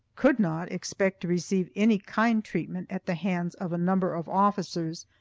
could not, expect to receive any kind treatment at the hands of a number of officers,